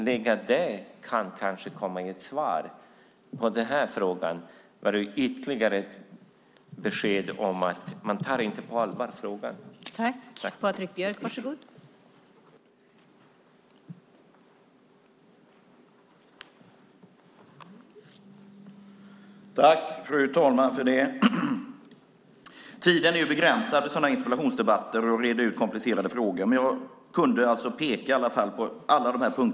Ligger det "kan kanske komma" i ett svar på den här frågan är det ytterligare ett besked om att man inte tar den här frågan på allvar.